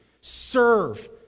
serve